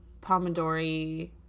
Pomodori